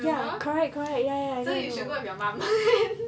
ya correct correct ya ya